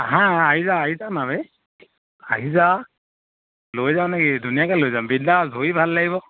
হাঁ আহি যা আহি যা লৈ যাওঁ নেকি ধুনীয়াকে লৈ যাম বিনদাচ ধৰি ভাল লাগিব